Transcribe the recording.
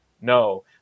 no